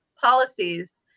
policies